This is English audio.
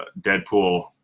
Deadpool